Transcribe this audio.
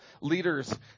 leaders